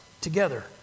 together